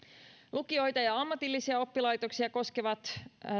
lukioita ja ammatillisia oppilaitoksia koskevat